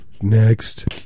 Next